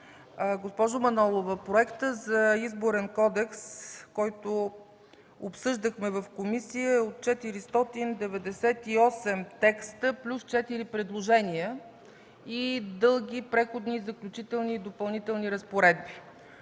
Госпожо Манолова, проектът за Изборен кодекс, който обсъждахме в комисията, е от 498 текста плюс четири предложения и дълги Преходни и заключителни и Допълнителни разпоредби.